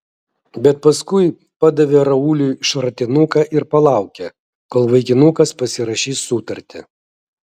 bet paskui padavė rauliui šratinuką ir palaukė kol vaikinukas pasirašys sutartį